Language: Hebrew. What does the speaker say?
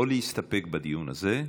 או להסתפק בדיון הזה,